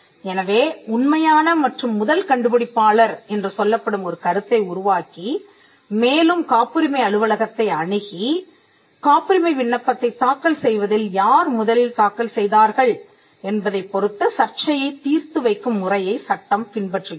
எனவே உண்மையான மற்றும் முதல் கண்டுபிடிப்பாளர் என்று சொல்லப்படும் ஒரு கருத்தை உருவாக்கி மேலும் காப்புரிமை அலுவலகத்தை அணுகிக் காப்புரிமை விண்ணப்பத்தைத் தாக்கல் செய்வதில் யார் முதலில் தாக்கல் செய்தார்கள் என்பதைப் பொருத்து சர்ச்சையை தீர்த்து வைக்கும் முறையை சட்டம் பின்பற்றுகிறது